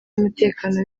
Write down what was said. y’umutekano